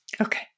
Okay